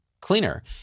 cleaner